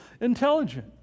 intelligent